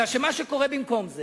הרי מה שקורה במקום זה